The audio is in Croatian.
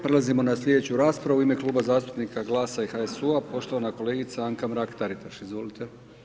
Prelazimo na sljedeću raspravu u ime Kluba zastupnika GLAS-a i HSU-a, poštovana kolegica Anka Mrak-Taritaš, izvolite.